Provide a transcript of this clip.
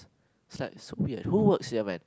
is like so weird who works here men